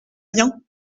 bien